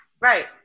Right